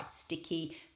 sticky